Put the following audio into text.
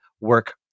work